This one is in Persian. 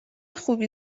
خوبی